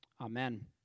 Amen